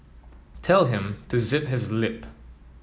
tell him to zip his lip